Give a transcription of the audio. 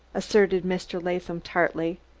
asserted mr. latham tartly.